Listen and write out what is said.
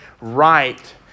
right